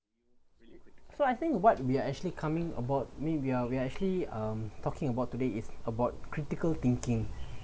so I think what we are actually coming about doing we're we're actually um talking about today is about critical thinking